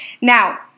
now